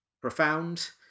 profound